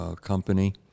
company